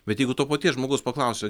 bet jeigu to paties žmogus paklausia